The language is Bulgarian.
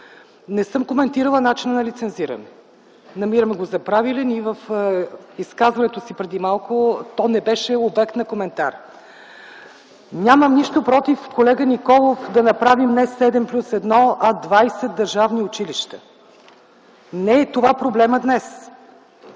Не съм коментирала начина на лизензиране. Намираме го за правилен и в изказването си преди малко то не беше обект на коментар. Нямам нищо против, колега Николов, да направим не 7 плюс 1, а двадесет държавни училища. Не е това проблемът днес.